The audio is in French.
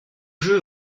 jeu